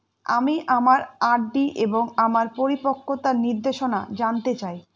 আমি আমার আর.ডি এর আমার পরিপক্কতার নির্দেশনা জানতে চাই